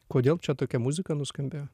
kodėl čia tokia muzika nuskambėjo